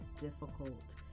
difficult